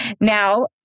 Now